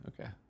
okay